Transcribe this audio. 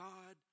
God